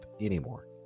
anymore